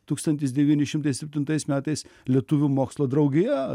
tūkstantis devyni šimtai septintais metais lietuvių mokslo draugija